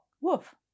woof